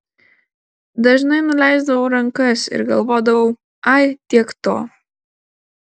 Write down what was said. dažnai nuleisdavau rankas ir galvodavau ai tiek to